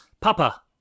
Papa